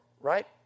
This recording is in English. right